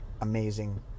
amazing